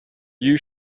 you